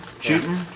shooting